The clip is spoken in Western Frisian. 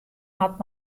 hat